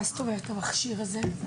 מה זאת אומרת המכשיר הזה?